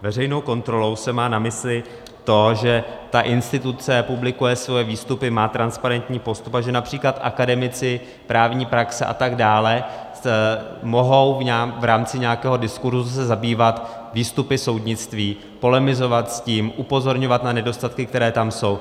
Veřejnou kontrolou se má na mysli to, že ta instituce publikuje svoje výstupy, má transparentní postup a že např. akademici, právní praxe atd. mohou v rámci nějakého diskurzu se zabývat výstupy soudnictví, polemizovat s tím, upozorňovat na nedostatky, které tam jsou.